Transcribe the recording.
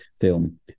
film